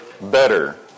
better